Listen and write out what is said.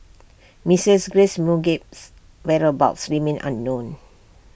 Mrs grace Mugabe's whereabouts remain unknown